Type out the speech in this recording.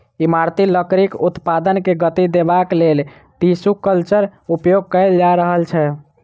इमारती लकड़ीक उत्पादन के गति देबाक लेल टिसू कल्चरक उपयोग कएल जा रहल छै